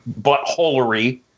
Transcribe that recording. buttholery